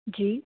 जी